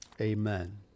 amen